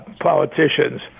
politicians